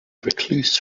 recluse